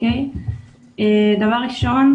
דבר ראשון,